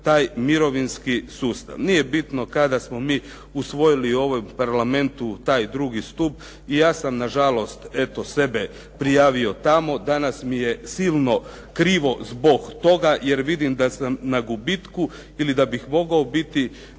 taj mirovinski sustav. Nije bitno kada smo mi usvojili u ovom Parlamentu taj drugi stup. I ja sam na žalost sebe prijavio tamo. Danas mi je silno krivo zbog toga, je vidim da sam na gubitku ili da bih mogao biti